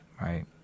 right